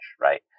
right